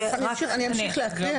אני אמשיך להקריא,